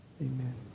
Amen